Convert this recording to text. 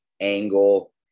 Angle